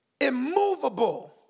immovable